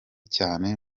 cyane